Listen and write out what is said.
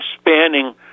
spanning